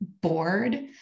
bored